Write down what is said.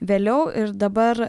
vėliau ir dabar